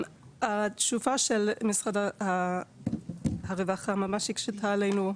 התשובה של משרד הרווחה ממש הקשתה עלינו,